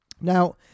Now